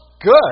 good